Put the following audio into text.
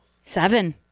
Seven